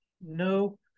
no